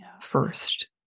first